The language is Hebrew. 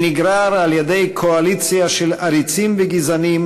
שנגרר על-ידי קואליציה של עריצים וגזענים